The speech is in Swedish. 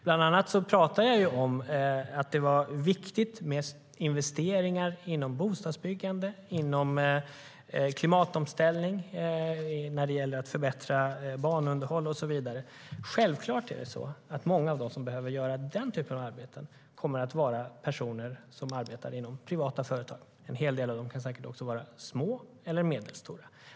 Jag talade bland annat om att det är viktigt med investeringar inom bostadsbyggande, inom klimatomställning och när det gäller att förbättra banunderhåll och så vidare. Självklart kommer många av dem som ska göra den typen av arbete att vara personer som arbetar inom privata företag. En hel del av dessa företag kan säkert också vara små eller medelstora.